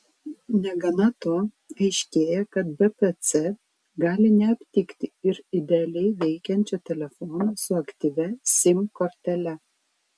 negana to aiškėja kad bpc gali neaptikti ir idealiai veikiančio telefono su aktyvia sim kortele